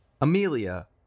Amelia